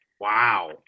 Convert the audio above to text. Wow